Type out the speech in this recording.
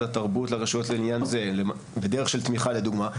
התרבות לרשויות לעניין זה בדרך של תמיכה לדוגמה,